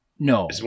No